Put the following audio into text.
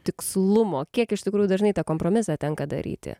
tikslumo kiek iš tikrųjų dažnai tą kompromisą tenka daryti